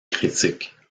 critiques